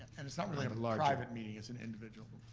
and it's not really a private meeting, it's and individual.